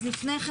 אז לפני כן,